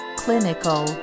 clinical